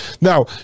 Now